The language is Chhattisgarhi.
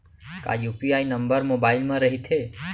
का यू.पी.आई नंबर मोबाइल म रहिथे?